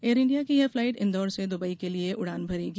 air India की यह flight Indore से दुबई के लिए उड़ान भरेगी